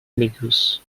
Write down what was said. ambiguous